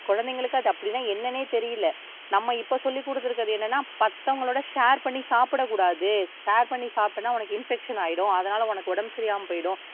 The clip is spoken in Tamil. குழந்தைகளுக்கு அது அப்படின்னா என்னன்னே தெரியலை நம்ம இப்போ சொல்லிக் கொடுத்துருக்குறது என்னன்னா மற்றவங்களோட ஷேர் பண்ணி சாப்பிடக்கூடாது ஷேர் பண்ணி சாப்பிட்டனா உனக்கு இன்ஃபெக்ஷன் ஆகிடும் அதனால் உனக்கு உடம்பு சரியாமல் போயிடும்